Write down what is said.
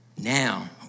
Now